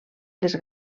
les